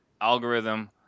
algorithm